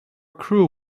crew